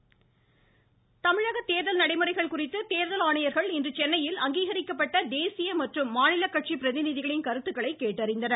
தேர்தல் ஆணையம் தமிழக தேர்தல் நடைமுறைகள் குறித்து தேர்தல் ஆணையர்கள் இன்று சென்னையில் அங்கீகரிக்கப்பட்ட தேசிய மற்றும் மாநில கட்சி பிரதிநிதிகளின் கருத்துக்களை கேட்டறிந்தனர்